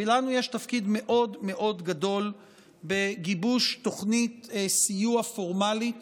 לנו יש תפקיד מאוד גדול בגיבוש תוכנית סיוע פורמלית